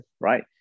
right